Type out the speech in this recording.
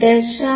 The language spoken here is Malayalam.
0